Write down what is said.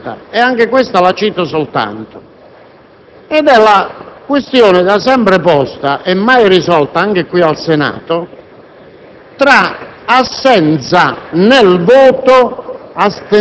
C'è un'altra questione, che vorrei che fosse esaminata e anche questa la cito soltanto. È la questione, da sempre posta e mai risolta anche qui al Senato,